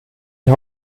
die